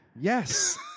Yes